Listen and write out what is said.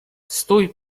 stój